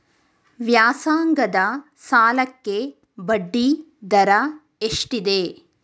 ವ್ಯಾಸಂಗದ ಸಾಲಕ್ಕೆ ಬಡ್ಡಿ ದರ ಎಷ್ಟಿದೆ?